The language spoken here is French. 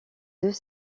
deux